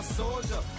soldier